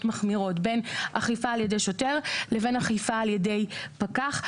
מחמירות בין אכיפה על ידי שוטר לבין אכיפה על ידי פקח,